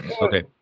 Okay